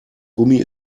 gummi